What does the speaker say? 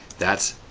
that's